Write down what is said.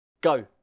Go